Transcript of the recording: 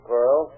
Pearl